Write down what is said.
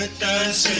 ah does